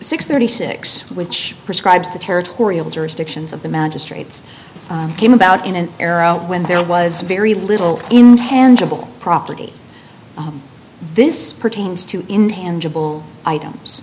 six thirty six which prescribes the territorial jurisdictions of the magistrates came about in an aero when there was very little intangible property this pertains to intangible items